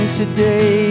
today